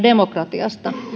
demokratiasta